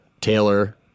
Taylor